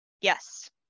yes